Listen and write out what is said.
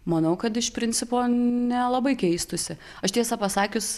manau kad iš principo nelabai keistųsi aš tiesą pasakius